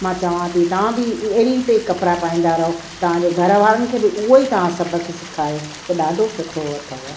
मां चवां थी तव्हां बि अहिड़ी रीति ई कपिड़ा पाईंदा रहो तव्हांजे घर वारनि खे ब उहो ई तव्हां सबक सेखायो त ॾाढो सुठो अथव